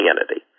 entity